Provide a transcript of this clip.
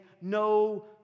no